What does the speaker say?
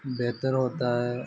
बेहतर होता है